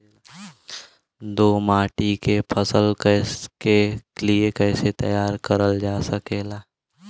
दोमट माटी के फसल के लिए कैसे तैयार करल जा सकेला?